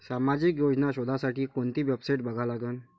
सामाजिक योजना शोधासाठी कोंती वेबसाईट बघा लागन?